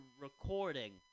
recording